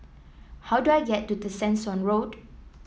how do I get to Tessensohn Road